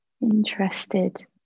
interested